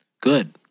good